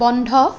বন্ধ